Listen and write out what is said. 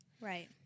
Right